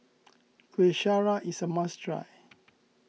Kuih Syara is a must try